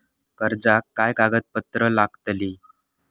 कर्जाक काय कागदपत्र लागतली?